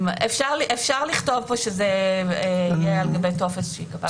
אפשר לכתוב פה שזה יהיה על גבי טופס שייקבע בחוק.